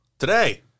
Today